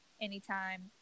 anytime